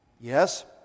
Yes